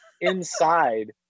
inside